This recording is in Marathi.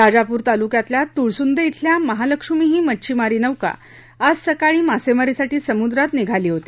राजापूर तालुक्यातल्या तुळसुंदे श्रेली महालक्ष्मी ही मच्छीमारी नौका आज सकाळी मासेमारीसाठी समुद्रात निघाली होती